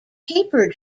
paper